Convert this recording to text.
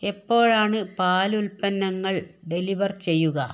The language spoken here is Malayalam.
എപ്പോഴാണ് പാലുൽപ്പന്നങ്ങൾ ഡെലിവർ ചെയ്യുക